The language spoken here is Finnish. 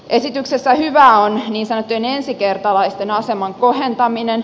esityksessä hyvää on niin sanottujen ensikertalaisten aseman kohentaminen